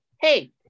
Hey